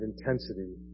intensity